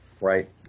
right